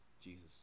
Jesus